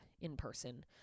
in-person